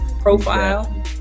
profile